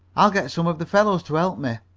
i'll get some of the fellows to help me.